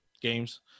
games